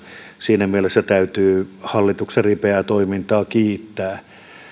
siinä mielessä täytyy hallituksen ripeää toimintaa kiittää että